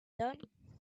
done